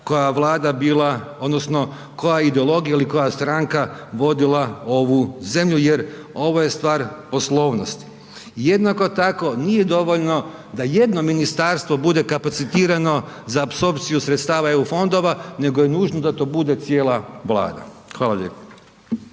koja vlada bila odnosno koja ideologija ili koja stranka vodila ovu zemlju, jer ovo je stvar poslovnosti. Jednako tako nije dovoljno da jedno ministarstvo bude kapacitirano za apsorpciju sredstava EU fondova nego je nužno da to bude cijela vlada. Hvala lijepo.